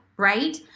right